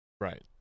Right